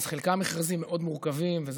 חלקם מכרזים מאוד מורכבים,